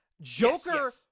Joker